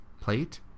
plate